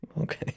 okay